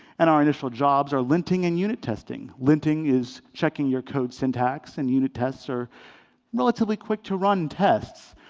and our initial jobs are linting and unit testing. linting is checking your code syntax and unit tests are relatively quick to run tests.